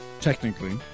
Technically